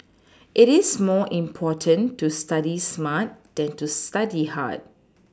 it is more important to study smart than to study hard